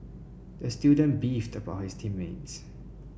the student beefed about his team mates